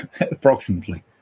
approximately